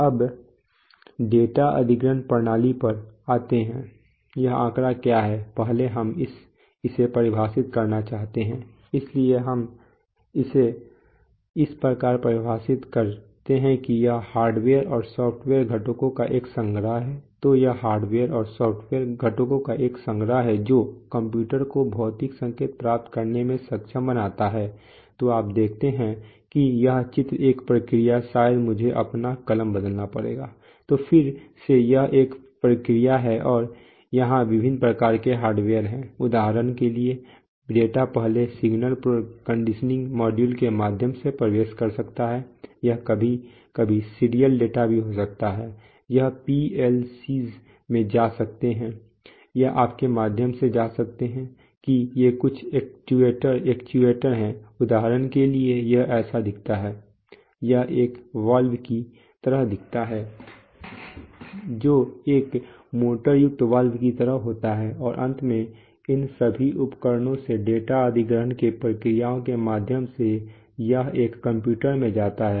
अब डेटा अधिग्रहण प्रणाली पर आते हैं यह आंकड़ा क्या है पहले हम इसे परिभाषित करना चाहते हैं इसलिए हम इसे इस प्रकार परिभाषित करते हैं कि यह हार्डवेयर और सॉफ्टवेयर घटकों का एक संग्रह है तो यह हार्डवेयर और सॉफ्टवेयर घटकों का एक संग्रह है जो कंप्यूटर को भौतिक संकेत प्राप्त करने में सक्षम बनाता है तो आप देखते हैं कि यह चित्र एक प्रक्रिया शायद मुझे अपना कलम बदलना पड़े तो फिर से यह एक प्रक्रिया है और यहां विभिन्न प्रकार के हार्डवेयर हैं उदाहरण के लिए डेटा पहले सिग्नल कंडीशनिंग मॉड्यूल के माध्यम से प्रवेश कर सकता है यह कभी कभी सीरियल डेटा भी हो सकता है यह PLCs में जा सकता है यह आपके माध्यम से जा सकता है कि ये कुछ एक्चुएटर हैं उदाहरण के लिए यह ऐसा दिखता है यह एक वाल्व की तरह दिखता है जो एक मोटरयुक्त वाल्व की तरह होता है और अंत में इन सभी उपकरणों से डेटा अधिग्रहण के प्रक्रियाओं के माध्यम से यह एक कंप्यूटर में जाता है